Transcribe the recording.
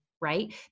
right